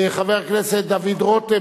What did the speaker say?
חבר הכנסת דוד רותם.